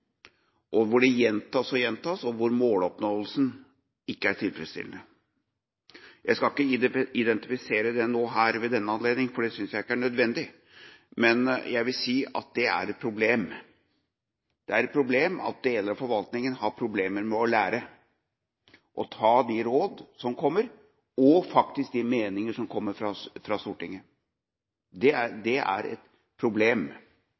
Det gjentas og gjentas, og måloppnåelsen er ikke tilfredsstillende. Jeg skal ikke identifisere det nå her ved denne anledning, for det synes jeg ikke er nødvendig, men jeg vil si at det er et problem. Det er et problem at deler av forvaltninga har problemer med å lære å ta de råd og meninger som faktisk kommer fra Stortinget. Det er et problem. Det er gjengangere her. Det som kalles for måloppnåelse på det språket, er